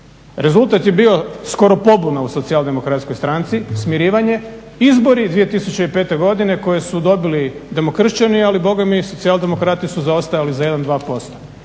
Rezultat je bio skoro pobuna u socijaldemokratskoj stranci, smirivanje, izbori 2005.godine koju su dobili demokršćani, ali bogami i socijaldemokrati su zaostajali za 1, 2%,